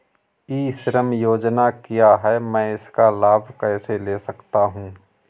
ई श्रम योजना क्या है मैं इसका लाभ कैसे ले सकता हूँ?